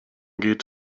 geht